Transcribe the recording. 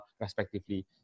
respectively